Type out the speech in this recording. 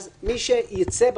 שתי רשויות שונות